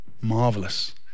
Marvelous